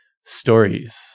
stories